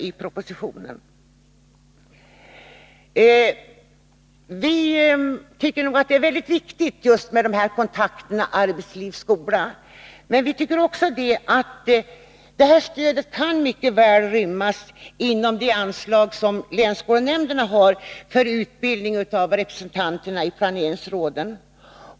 Vi tycker att det är väldigt viktigt med kontakterna arbetsliv-skola, men vi tycker också att det stödet mycket väl kan rymmas inom det anslag som länsskolnämnderna har för utbildning av representanterna i planeringsråden.